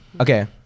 okay